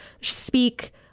speak